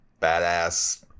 badass